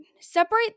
Separate